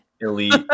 Elite